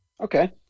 Okay